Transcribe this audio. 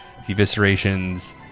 eviscerations